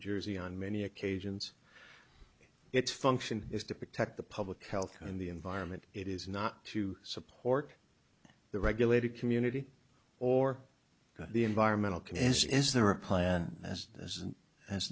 jersey on many occasions its function is to protect the public health and the environment it is not to support the regulated community or the environmental concerns is there a plan as as a